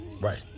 right